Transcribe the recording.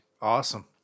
Awesome